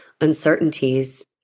uncertainties